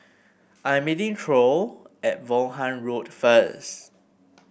I'm meeting Troy at Vaughan Road first